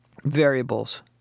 variables